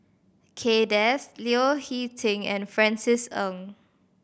Kay Das Leo Hee Ting and Francis Ng